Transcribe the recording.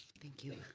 thank you.